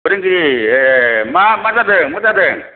फोरोंगिरि ए मा मा जादों मा जादों